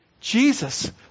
Jesus